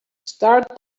start